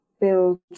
build